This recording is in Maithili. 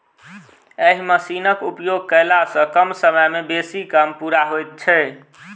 एहि मशीनक उपयोग कयला सॅ कम समय मे बेसी काम पूरा होइत छै